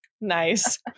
Nice